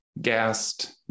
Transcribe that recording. Gassed